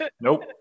Nope